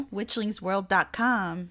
witchlingsworld.com